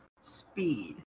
speed